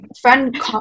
friend